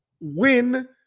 Win